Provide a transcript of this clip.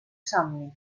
somni